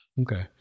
Okay